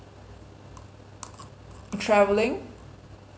travelling